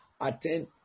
attend